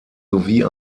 sowie